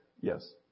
yes